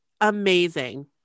Amazing